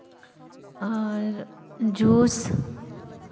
ᱟᱨ juice